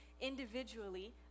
individually